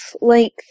length